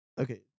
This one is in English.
Okay